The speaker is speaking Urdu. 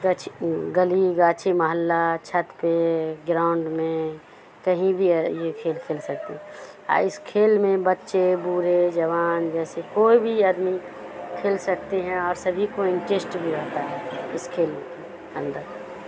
گچھھی گلی گاچھی محلہ چھت پہ گراؤنڈ میں کہیں بھی یہ کھیل کھیل سکتے ہیں اس کھیل میں بچے بھے جوان جیسے کوئی بھی آدمی کھیل سکتے ہیں اور سبھی کو انٹریسٹ بھی ہوتا ہے اس کھیل اندر